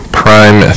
prime